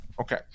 Okay